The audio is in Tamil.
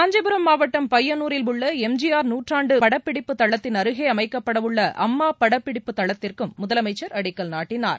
காஞ்சிபுரம் மாவட்டம் பையனூரில் உள்ள எம்ஜிஆர் நூற்றாண்டு படப்பிடிப்புத் தளத்தின் அருகே அமைக்கப்படவுள்ள அம்மா படப்பிடிப்பு தளத்திற்கும் முதலமச்சர் அடிக்கல் நாட்டினார்